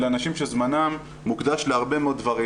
אלה אנשים שזמנם מוקדש להרבה מאוד דברים,